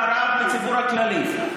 קודם השקיעו בקידום קריית גת מערב לציבור הכללי,